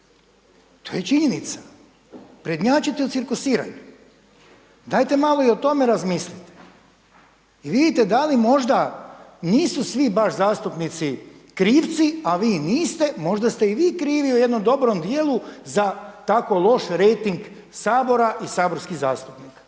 to je činjenica, prednjačite u cirkusiranju. Dajte malo i o tome razmislite i vidite da li možda nisu svi baš zastupnici krivci, a vi niste. Možda ste i vi krivi u jednom dobrom dijelu za tako loš rejting Sabora i saborskih zastupnika.